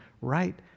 right